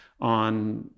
on